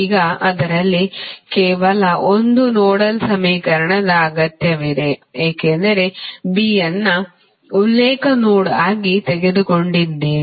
ಈಗ ಅದರಲ್ಲಿ ಕೇವಲ ಒಂದು ನೋಡಲ್ ಸಮೀಕರಣದ ಅಗತ್ಯವಿದೆ ಏಕೆಂದರೆ B ಅನ್ನು ಉಲ್ಲೇಖ ನೋಡ್ ಆಗಿ ತೆಗೆದುಕೊಂಡಿದ್ದೀರಿ